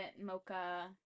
mocha